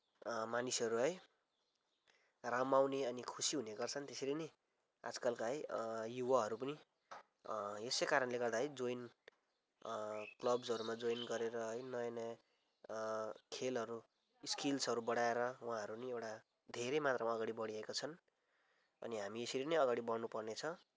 मानिसहरू है रमाउने अनि खुसी हुने गर्छन् त्यसरी नै आजकलका है युवाहरू पनि यसै कारणले गर्दा है जोइन क्लब्सहरूमा जोइन गरेर है नयाँ नयाँ खेलहरू स्किल्सहरू बढाएर उहाँहरू पनि एउटा धेरै मात्रामा अघि बढिरहेका छन् अनि हामी यसरी नै अगाडि बढ्नु पर्नेछ